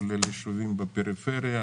כולל יישובים בפריפריה,